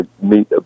meet